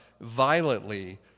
violently